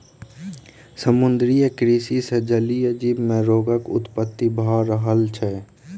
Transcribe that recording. समुद्रीय कृषि सॅ जलीय जीव मे रोगक उत्पत्ति भ रहल अछि